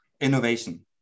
innovation